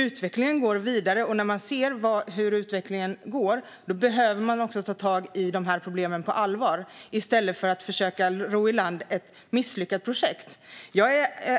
Utvecklingen går vidare, och när man ser utvecklingen behöver man ta tag i dessa problem på allvar i stället för att försöka ro i land ett misslyckat projekt. Jag